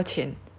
oh